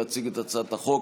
להציג את הצעת החוק,